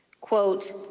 Quote